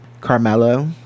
Carmelo